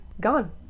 gone